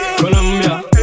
Colombia